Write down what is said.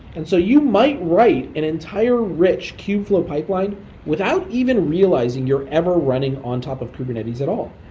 and so you might write an entire rich kubeflow pipeline without even realizing you're ever running on top of kubernetes at all.